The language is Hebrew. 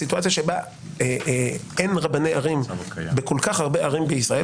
הסיטואציה שבה אין רבני ערים בכל כך הרבה ערים בישראל,